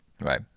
Right